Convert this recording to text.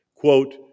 Quote